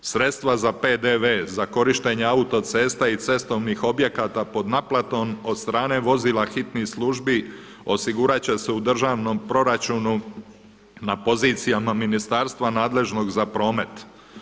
Sredstva za PDV za korištenje autocesta i cestovnih objekata pod naplatom od strane vozila hitnih službi osigurat će se u državnom proračunu na pozicijama ministarstva nadležnog za promet.